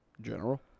General